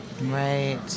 Right